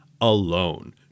alone